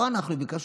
לא אנחנו ביקשנו.